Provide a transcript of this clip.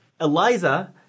Eliza